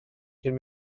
cyn